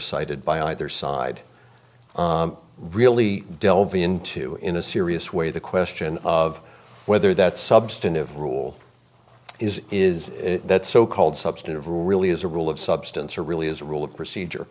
cited by either side really delve into in a serious way the question of whether that substantive rule is is that so called substantive really is a rule of substance or really is rule of procedure